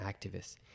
activists